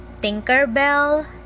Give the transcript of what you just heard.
tinkerbell